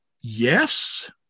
yes